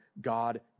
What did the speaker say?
God